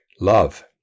love